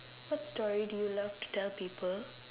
what story do you love to tell people